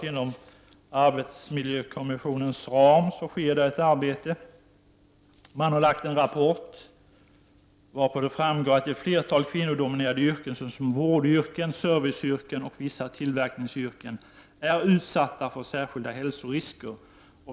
Inom arbetsmiljökommissionens ram pågår ett arbete, och man har lagt fram en rapport av vilken det framgår att ett flertal kvinnodominerade yrken, såsom vårdyrken, serviceyrken och vissa tillverkningsyrken, är utsatta för särskilda hälsorisker.